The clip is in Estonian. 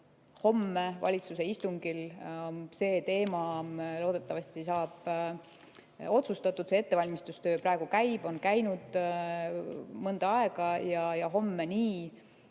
homme valitsuse istungil see teema loodetavasti saab otsustatud. Ettevalmistustöö praegu käib, on käinud mõnda aega, ja homme nii